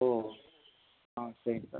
ஓ ஆ சரிங்க சார்